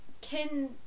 Can-